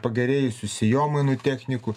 pagerėjusių sėjomainų technikų